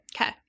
Okay